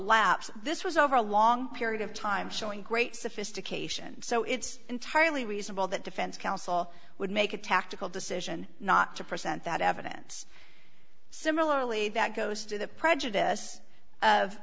lapse this was over a long period of time showing great sophistication so it's entirely reasonable that defense counsel would make a tactical decision not to present that evidence similarly that goes to the prejudice of